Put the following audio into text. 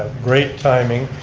great timing.